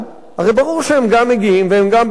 הרי ברור שהם מגיעים והם גם בני-אדם,